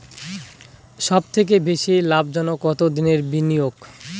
সবথেকে বেশি লাভজনক কতদিনের বিনিয়োগ?